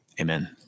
amen